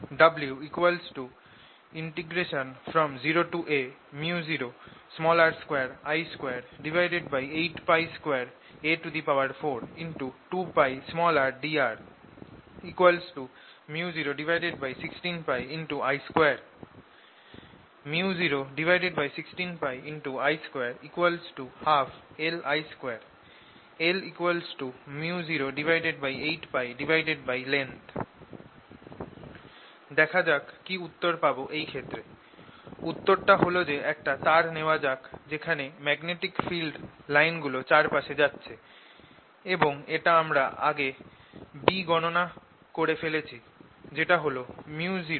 W 0aµ0r2I282a42πrdr µ016πI2 µ016πI2 12LI2 L µ08πlength দেখা যাক কি উত্তর পাব এই ক্ষেত্রে উত্তর টা হল যে একটা তার নেওয়া যাক যেখানে ম্যাগনেটিক ফিল্ড লাইন গুলো চারপাশে যাচ্ছে এবং এটা আমরা আগে B গণনা করে ফেলেছি যেটা হল µ0I2πa2r